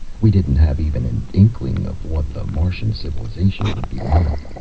we didn't have even an inkling of what the martian civilization would be like.